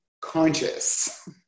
conscious